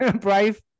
brave